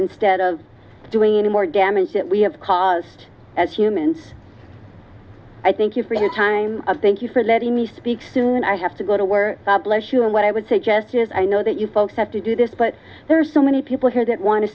instead of doing any more damage that we have caused as humans i thank you for your time i thank you for letting me speak soon i have to go to work god bless you and what i would suggest is i know that you folks have to do this but there are so many people here that want to